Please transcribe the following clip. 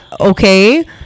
okay